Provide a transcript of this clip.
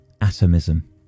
atomism